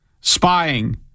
spying